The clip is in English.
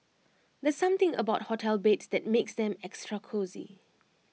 there's something about hotel beds that makes them extra cosy